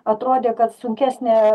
atrodė kad sunkesnė